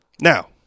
now